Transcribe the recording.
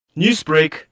Newsbreak